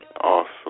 Awesome